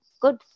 good